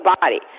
body